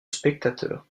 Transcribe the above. spectateurs